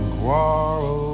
quarrel